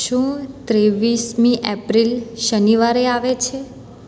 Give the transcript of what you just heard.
શું ત્રેવીસમી એપ્રિલ શનિવારે આવે છે